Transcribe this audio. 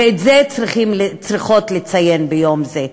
ואת זה צריך לציין ביום זה.